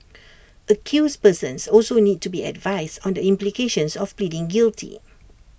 accused persons also need to be advised on the implications of pleading guilty